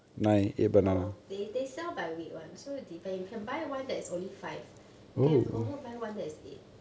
no they they sell by weight one so depend you can buy one that is only five you can also buy one that is eight